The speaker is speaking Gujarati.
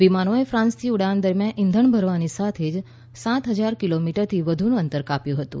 વિમાનોએ ફાન્સથી ઉડાન દરમ્યાન ઈંધણ ભરવાની સાથે જ સાત હજાર કિલોમીટરથી વધુનું અંતર કાપ્યું હતું